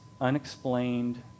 unexplained